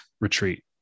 retreat